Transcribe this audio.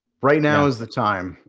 right now is the time.